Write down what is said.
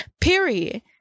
period